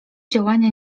działania